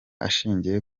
ashingiye